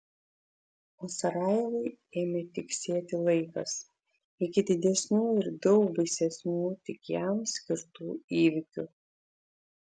o sarajevui ėmė tiksėti laikas iki didesnių ir daug baisesnių tik jam skirtų įvykių